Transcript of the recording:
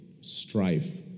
strife